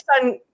son